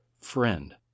friend